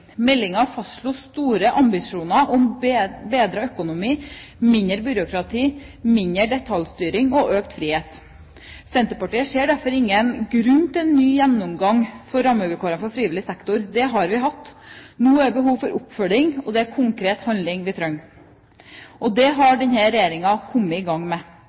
fastslo store ambisjoner om bedre økonomi, mindre byråkrati, mindre detaljstyring og økt frihet. Senterpartiet ser derfor ingen grunn til en ny gjennomgang av rammevilkårene for frivillig sektor. Det har vi hatt. Nå er det behov for oppfølging. Det er konkret handling vi trenger, og det har denne regjeringen kommet i gang med.